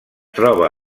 troba